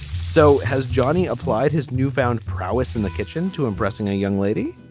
so has johnny applied his newfound prowess in the kitchen to impressing a young lady?